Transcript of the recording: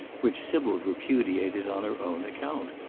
which sybil repudiated on her own account.